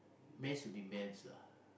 men to be men lah